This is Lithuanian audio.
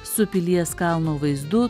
su pilies kalno vaizdu